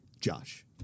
Josh